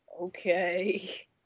okay